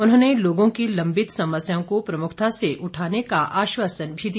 उन्होंने लोगों की लंबित समस्याओं को प्रमुखता से उठाने का आश्वासन भी दिया